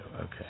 Okay